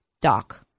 doc